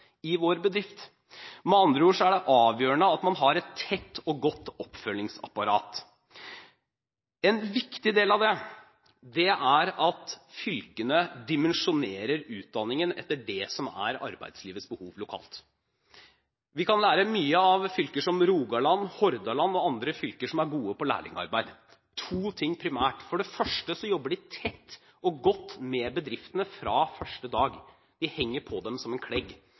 i sin bedrift. Med andre ord er det avgjørende at man har et tett og godt oppfølgingsapparat. En viktig del av det er at fylkene dimensjonerer utdanningen etter det som er arbeidslivets behov lokalt. Vi kan lære mye av fylker som Rogaland, Hordaland og andre fylker som er gode på lærlingarbeid. Det er to ting primært: For det første jobber de tett og godt med bedriftene fra første dag – de henger på dem som en klegg.